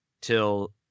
till